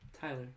Tyler